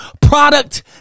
product